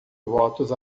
votos